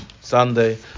Sunday